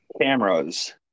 cameras